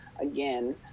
again